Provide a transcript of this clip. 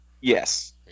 Yes